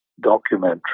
documentary